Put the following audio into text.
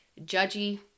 judgy